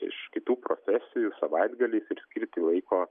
iš kitų profesijų savaitgalį ir skirti laiko